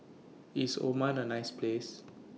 IS Oman A nice Place